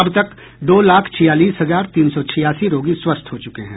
अब तक दो लाख छियालीस हजार तीन सौ छियासी रोगी स्वस्थ हो चुके हैं